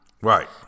Right